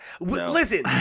Listen